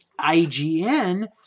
IGN